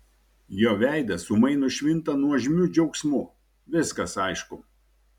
jo veidas ūmai nušvinta nuožmiu džiaugsmu viskas aišku